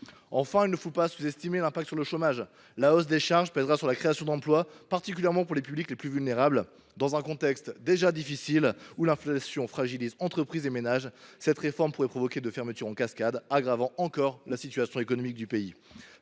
Enfin, il ne faut pas sous estimer l’impact sur le chômage : la hausse des charges pèsera sur la création d’emplois, particulièrement pour les publics les plus vulnérables. Dans un contexte déjà difficile où l’inflation fragilise les entreprises et les ménages, cette réforme pourrait provoquer des fermetures en cascade, aggravant encore la situation économique du pays.